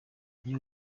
iyo